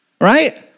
right